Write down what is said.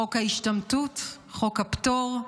חוק ההשתמטות, חוק הפטור,